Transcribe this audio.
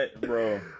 Bro